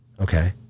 Okay